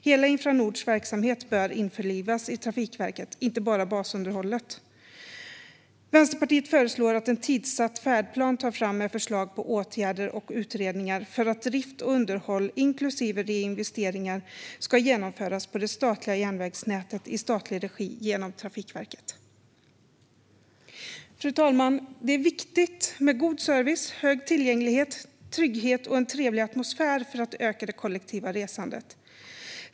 Hela Infranords verksamhet bör införlivas i Trafikverket, inte bara basunderhållet. Vänsterpartiet föreslår att en tidssatt färdplan tas fram med förslag på åtgärder och utredningar för att drift och underhåll inklusive reinvesteringar ska genomföras på det statliga järnvägsnätet i statlig regi genom Trafikverket. Fru talman! Det är viktigt med god service, hög tillgänglighet, trygghet och en trevlig atmosfär för att öka det kollektiva resandet.